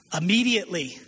immediately